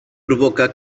provoca